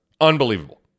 Unbelievable